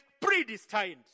predestined